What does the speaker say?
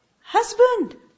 husband